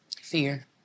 Fear